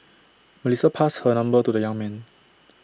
Melissa passed her number to the young man